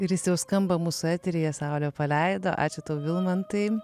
ir jis jau skamba mūsų eteryje saulė paleido ačiū tau vilmantai